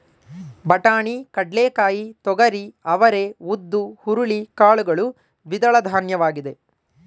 ಬಟಾಣಿ, ಕಡ್ಲೆಕಾಯಿ, ತೊಗರಿ, ಅವರೇ, ಉದ್ದು, ಹುರುಳಿ ಕಾಳುಗಳು ದ್ವಿದಳಧಾನ್ಯವಾಗಿದೆ